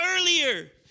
earlier